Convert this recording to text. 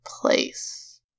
place